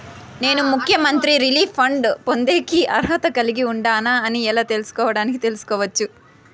నేను ముఖ్యమంత్రి relief fund పొందేకి అర్హత కలిగి ఉండానా అని ఎలా తెలుసుకోవడానికి తెలుసుకోవచ్చు